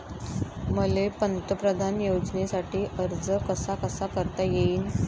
मले पंतप्रधान योजनेसाठी अर्ज कसा कसा करता येईन?